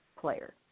player